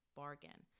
bargain